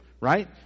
Right